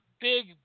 Big